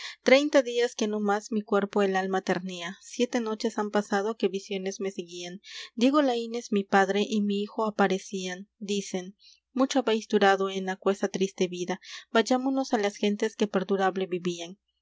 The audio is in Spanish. treinta días que no más mi cuerpo el alma ternía siete noches han pasado que visiones me seguían diego laínez mi padre y mi hijo aparecían dicen mucho habéis durado en aquesa triste vida vayámonos á las gentes que perdurable vivían